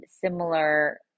similar